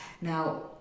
Now